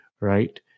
right